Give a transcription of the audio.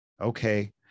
okay